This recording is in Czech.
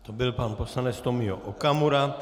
To byl pan poslanec Tomio Okamura.